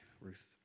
Ruth